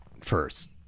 first